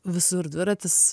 visur dviratis